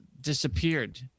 disappeared